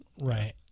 Right